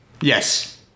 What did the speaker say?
yes